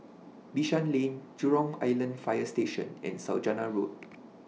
Bishan Lane Jurong Island Fire Station and Saujana Road